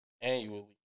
annually